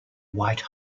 white